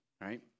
right